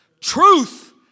Truth